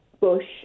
bush